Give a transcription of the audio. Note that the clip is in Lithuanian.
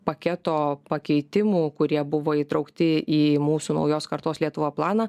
paketo pakeitimų kurie buvo įtraukti į mūsų naujos kartos lietuvos planą